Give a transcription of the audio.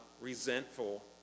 resentful